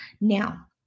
now